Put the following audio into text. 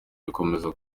bikomeza